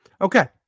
Okay